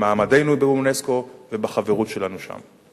במעמדנו באונסק"ו ובחברות שלנו שם.